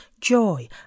joy